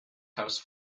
house